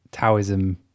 Taoism